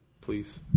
please